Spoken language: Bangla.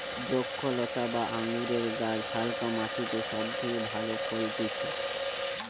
দ্রক্ষলতা বা আঙুরের গাছ হালকা মাটিতে সব থেকে ভালো ফলতিছে